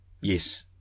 Yes